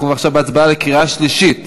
אנחנו עכשיו בהצבעה בקריאה שלישית